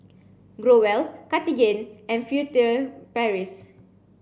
Growell Cartigain and Furtere Paris